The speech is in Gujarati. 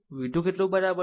v 2 કેટલું છે બરાબર